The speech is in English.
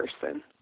person